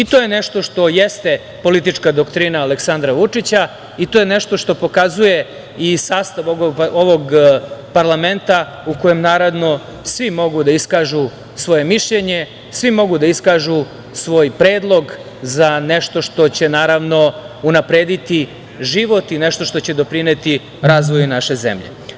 I to je nešto što jeste politička doktrina Aleksandra Vučića i to je nešto što pokazuje i sastav ovog parlamenta, u kom svi mogu da iskažu svoje mišljenje, svi mogu da iskažu svoj predlog za nešto što će, naravno, unaprediti život i nešto što će doprineti razvoju naše zemlje.